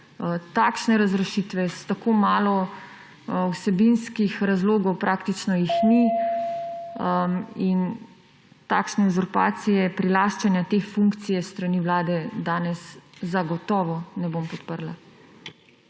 takšne razrešitve s tako malo vsebinskih razlogov, praktično jih ni, in takšne uzurpacije prilaščanja teh funkcij s strani Vlade danes zagotovo ne bom podprla.